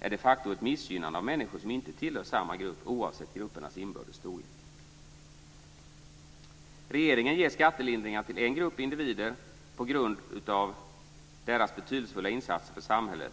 är de facto ett missgynnande av människor som inte tillhör samma grupp, oavsett gruppernas inbördes storlek. Regeringen ger skattelindringar till en grupp individer på grund av deras betydelsefulla insatser för samhället.